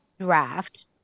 draft